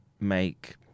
make